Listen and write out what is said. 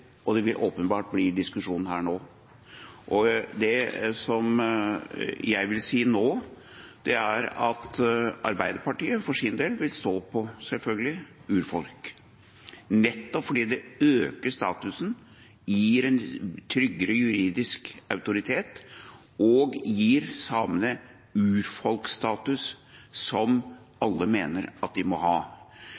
og det vil åpenbart bli diskusjonen her nå. Det jeg vil si nå, er at Arbeiderpartiet for sin del vil stå på – selvfølgelig – «urfolk», nettopp fordi det øker statusen, gir en tryggere juridisk autoritet og gir samene urfolkstatus, som